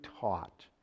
taught